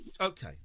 Okay